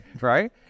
Right